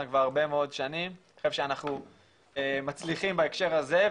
כבר הרבה מאוד שנים ואני חושב שאנחנו מצליחים בהקשר הזה,